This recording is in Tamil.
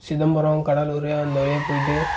சிதம்பரம் கடலூர் அந்த வழியாக போயிட்டு